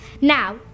Now